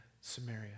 Samaria